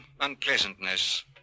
unpleasantness